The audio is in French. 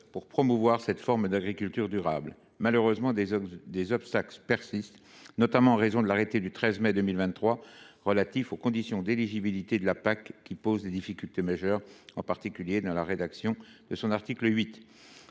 pour promouvoir cette forme d’agriculture durable. Malheureusement, des obstacles persistent, notamment en raison de l’arrêté du 13 mai 2023 relatif aux conditions d’éligibilité à la PAC, qui pose des difficultés majeures, en particulier du fait de la rédaction de son article 8.